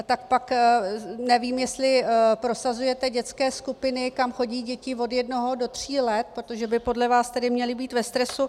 Tak pak nevím, jestli prosazujete dětské skupiny, kam chodí dětí od jednoho do tří let, protože by tedy podle vás měly být ve stresu.